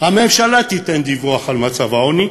הממשלה תיתן דיווח על מצב העוני,